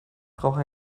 brauche